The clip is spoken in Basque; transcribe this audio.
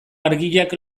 argiak